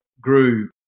grew